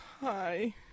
Hi